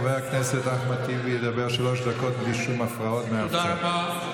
חבר הכנסת אחמד טיבי ידבר שלוש דקות בלי שום הפרעות מאף צד.